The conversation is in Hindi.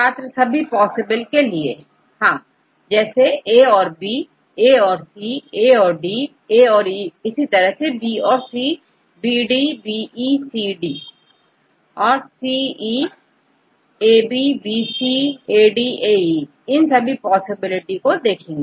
छात्र सभी पॉसिबल के लिए A और B A और C A और D Aऔर Eइसी तरह B और C छात्र BD BE CD और CEt AB BC ADAEइन सभी की पॉसिबिलिटी होगी